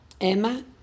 Emma